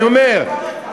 אני אומר,